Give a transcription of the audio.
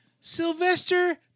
Sylvester